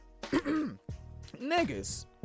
niggas